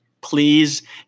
please